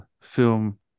film